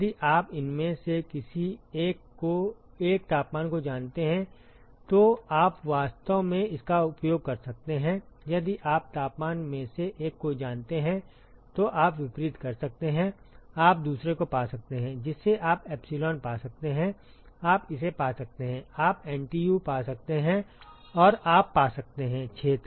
यदि आप इनमें से किसी एक तापमान को जानते हैं तो आप वास्तव में इसका उपयोग कर सकते हैं यदि आप तापमान में से एक को जानते हैं तो आप विपरीत कर सकते हैं आप दूसरे को पा सकते हैं जिसे आप एप्सिलॉन पा सकते हैं आप इसे पा सकते हैं आप एनटीयू पा सकते हैं और आप पा सकते हैं क्षेत्र